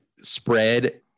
spread